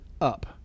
up